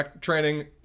training